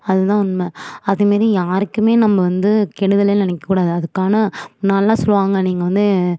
அது தான் உண்மை அது மாரி யாருக்குமே நம்ம வந்து கெடுதலை நினக்கக்கூடாது அதற்கான முன்னாடிலாம் சொல்லுவாங்க நீங்கள் வந்து